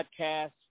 podcast